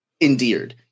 Endeared